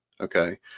Okay